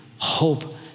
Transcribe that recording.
hope